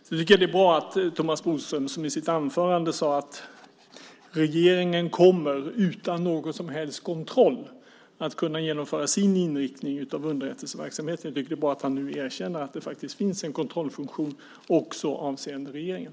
Jag tycker att det är bra att Thomas Bodström, som i sitt anförande sade att regeringen utan någon som helst kontroll kommer att kunna genomföra sin inriktning av underrättelseverksamhet, nu erkänner att det faktiskt finns en kontrollfunktion också avseende regeringen.